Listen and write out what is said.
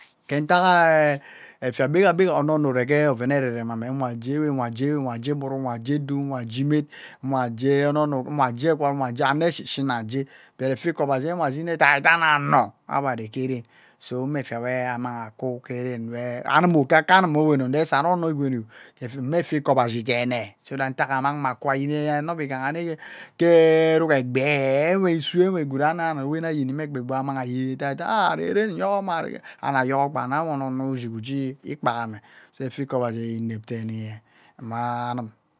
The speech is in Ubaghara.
Ke ntakehee efia gbegha gbegha onono urege ovene ererem ame nwa jee awe nwa jee awe nwa jee igbũrũ nwa jee edu nwa jee emat nwa jee onono nwa jee egwut nwa jee ana shishina uwa jee, but efiat ikobashi nwe ashini ne eadai daina ano abeareke den so mme efia we arumang akwu ke den anum ke akanum mmowen ndisa nno ono gweni mma efia ikobashi dene. So that ntak ammang me ukwu ayen ano be igaha nne ke erug egbi ewee, iswuwe gwup ani te anowen ayani, mme gba egbi we amang gba ayem ehee areren nyoghogo ma weh ani yoghoor onono ushig ujie ikpaga me efia ikobashi inep tene mma num.